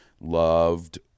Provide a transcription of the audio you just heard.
Loved